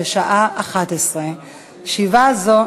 בשעה 11:00.